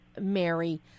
Mary